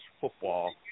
football